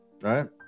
right